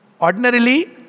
Ordinarily